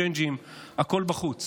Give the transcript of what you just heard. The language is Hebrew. צ'יינג'ים, הכול בחוץ,